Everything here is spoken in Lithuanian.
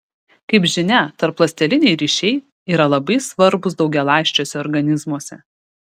kaip žinia tarpląsteliniai ryšiai yra labai svarbūs daugialąsčiuose organizmuose